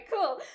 cool